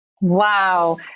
Wow